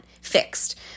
fixed